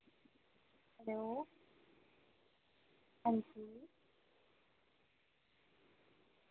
hello हां जी